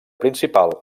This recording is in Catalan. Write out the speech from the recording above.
principal